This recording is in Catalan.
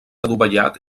adovellat